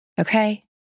Okay